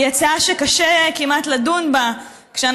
היא הצעה שכמעט קשה לדון בה כשאנחנו